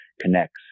connects